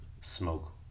smoke